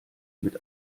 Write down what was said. mit